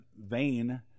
vain